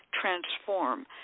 transform